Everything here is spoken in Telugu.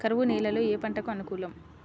కరువు నేలలో ఏ పంటకు అనుకూలం?